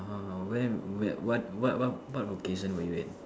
oh when when what what what vocation were you in